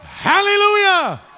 Hallelujah